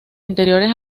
interiores